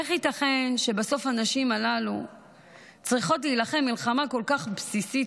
איך ייתכן שבסוף הנשים הללו צריכות להילחם מלחמה כל כך בסיסית,